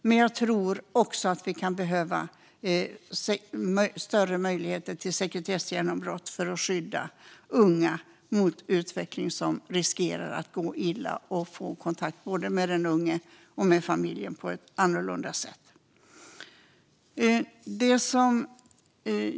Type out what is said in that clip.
Men vi kan behöva större möjligheter till sekretessgenombrott för att skydda unga mot en utveckling som riskerar att gå illa. Man måste få kontakt med både den unge och familjen på ett annorlunda sätt.